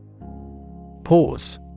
Pause